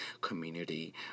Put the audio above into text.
community